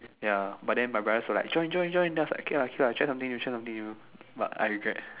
ya but then my brothers were like join join join okay okay lah I check something I check something with you but I regret